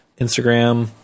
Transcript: Instagram